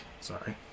Sorry